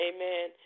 Amen